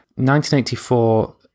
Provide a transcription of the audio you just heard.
1984